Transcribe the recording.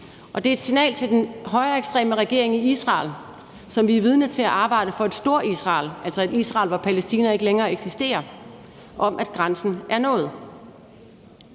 Og det er et signal til den højreekstreme regering i Israel – som vi er vidne til arbejder for et Storisrael, altså et Israel, hvor Palæstina ikke længere eksisterer – om, at grænsen er nået.